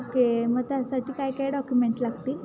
okay मग त्यासाठी काय काय डॉक्युमेंट लागतील